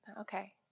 Okay